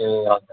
ए हजुर